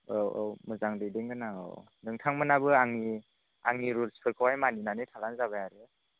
औ औ औ मोजां दैदेनगोन आं औ नोंथांमोनहाबो आंनि आंनि रुलसफोरखौ हाय मानिनानै थाब्लानो जाबाय आरो